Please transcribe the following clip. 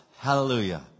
Hallelujah